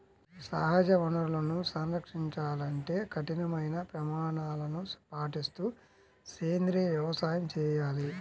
సహజ వనరులను సంరక్షించాలంటే కఠినమైన ప్రమాణాలను పాటిస్తూ సేంద్రీయ వ్యవసాయం చేయాలి